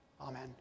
Amen